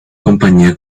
compañía